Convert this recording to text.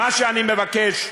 מה שאני מבקש,